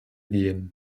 gehen